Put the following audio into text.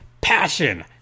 Passion